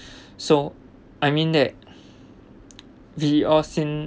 so I mean that we all seen